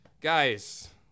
Guys